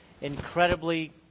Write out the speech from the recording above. incredibly